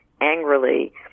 angrily